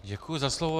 Děkuji za slovo.